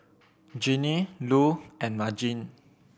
Ginny Lu and Margene